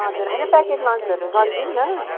हजुर होइन प्याकेट लन्चहरू गरिदिऊ न